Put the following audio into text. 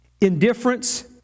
indifference